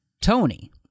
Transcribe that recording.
Tony